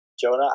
Jonah